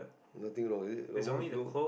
nothing wrong is it the most look